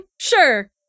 sure